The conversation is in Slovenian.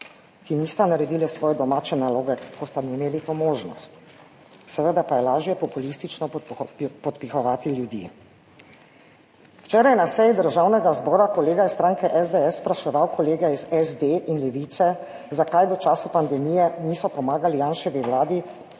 ki nista naredili svoje domače naloge, ko sta imeli to možnost. Seveda pa je lažje populistično podpihovati ljudi. Včeraj na seji Državnega zbora je kolega iz stranke SDS spraševal kolege iz SD in Levice, zakaj v času pandemije niso pomagali Janševi vladi,